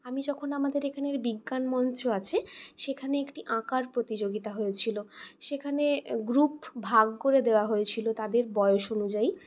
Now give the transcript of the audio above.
আমি যখন আমাদের এখানের বিজ্ঞান মঞ্চ আছে সেখানে একটি আঁকার প্রতিযোগিতা হয়েছিল সেখানে গ্রুপ ভাগ করে দেওয়া হয়েছিল তাদের বয়স অনুযায়ী